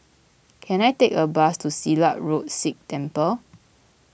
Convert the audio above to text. can I take a bus to Silat Road Sikh Temple